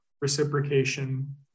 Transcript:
reciprocation